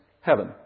heaven